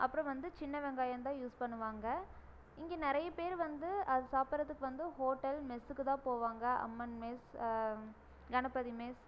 அப்புறம் வந்து சின்ன வெங்காயம் தான் யூஸ் பண்ணுவாங்க இங்கே நிறைய பேர் வந்து அதை சாப்பிட்றதுக்கு வந்து ஹோட்டல் மெஸ்சுக்கு தான் போவாங்க அம்மன் மெஸ் கணபதி மெஸ்